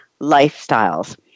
lifestyles